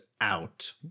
out